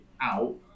out